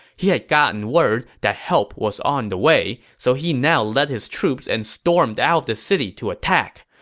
he had received and word that help was on the way, so he now led his troops and stormed out of the city to attack.